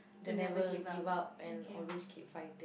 the never give up and always keep fighting